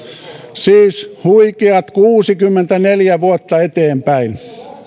siis huikeat kuusikymmentäneljä vuotta eteenpäin